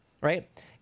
right